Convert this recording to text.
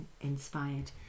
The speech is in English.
inspired